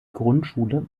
grundschule